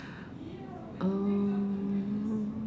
um